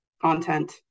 content